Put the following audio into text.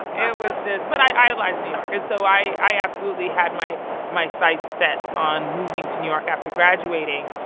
and it was just but i idolized new york, and so i absolutely had my my sights set on moving to new york after graduating.